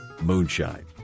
moonshine